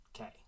Okay